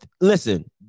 listen